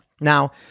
Now